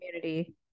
community